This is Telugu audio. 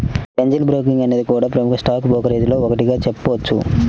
ఏంజెల్ బ్రోకింగ్ అనేది కూడా ప్రముఖ స్టాక్ బ్రోకరేజీల్లో ఒకటిగా చెప్పొచ్చు